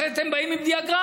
אחרי זה אתם באים עם דיאגרמות.